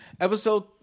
Episode